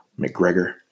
McGregor